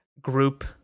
group